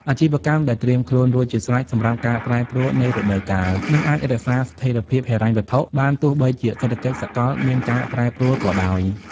អាជីវកម្មដែលត្រៀមខ្លួនរួចជាស្រេចសម្រាប់ការប្រែប្រួលនៃរដូវកាល នឹងអាចរក្សាស្ថិរភាពហិរញ្ញវត្ថុបានទោះបីជាសេដ្ឋកិច្ចសកលមានការប្រែប្រួលក៏ដោយ។